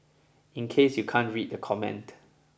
in case you can't read the comment